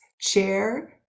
Chair